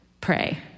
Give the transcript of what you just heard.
pray